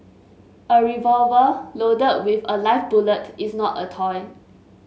a revolver loaded with a live bullet is not a toy